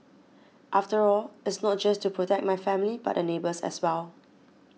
after all it's not just to protect my family but the neighbours as well